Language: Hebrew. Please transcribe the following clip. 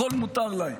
הכול מותר להם.